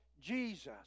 Jesus